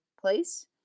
place